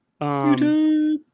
YouTube